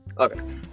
Okay